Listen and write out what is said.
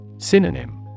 Synonym